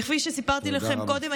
וכפי שסיפרתי לכם קודם,